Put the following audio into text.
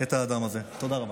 תודה רבה.